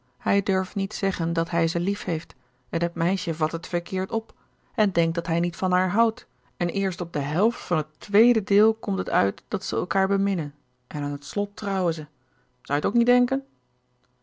hij durft niet zeggen dat hij ze liefheeft en t meisje vat het verkeerd op en denkt dat hij niet van haar houdt en eerst op de helft van het tweede deel komt het uit dat ze elkaar beminnen en aan het slot trouwen ze zou je t ook niet denken